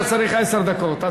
אתה צריך עשר דקות,